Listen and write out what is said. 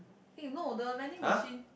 eh no the vending machine